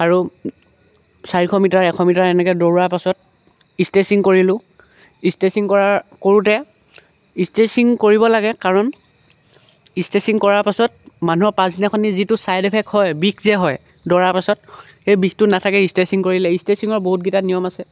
আৰু চাৰিশ মিটাৰ এশ মিটাৰ এনেকৈ দৌৰাৰ পাছত ষ্ট্ৰেচিং কৰিলোঁ ইষ্ট্ৰেচিং কৰাৰ কৰোঁতে ইষ্ট্ৰেচিং কৰিব লাগে কাৰণ ইষ্ট্ৰেচিং কৰাৰ পাছত মানুহৰ পাচদিনাখনি যিটো ছাইড ইফেক্ট হয় বিষ যে হয় দৌৰাৰ পাছত সেই বিষটো নাথাকে ষ্ট্ৰেচিং কৰিলে ষ্ট্ৰেচিঙৰ বহুতকেইটা নিয়ম আছে